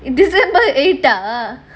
december eighth ah